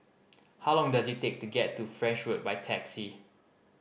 how long does it take to get to French Road by taxi